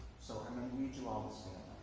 so i'm going to need you all to so